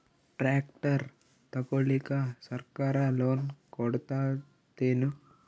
Tractor ತಗೊಳಿಕ ಸರ್ಕಾರ loan ಕೊಡತದೇನು?